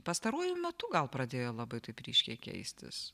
pastaruoju metu gal pradėjo labai taip ryškiai keistis